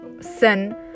sin